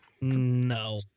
No